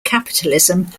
capitalism